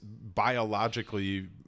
biologically